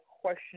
question